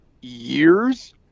years